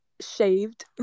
shaved